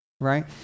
right